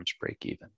break-even